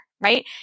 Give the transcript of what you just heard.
right